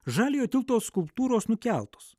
žaliojo tilto skulptūros nukeltos